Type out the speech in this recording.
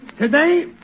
Today